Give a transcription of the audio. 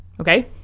okay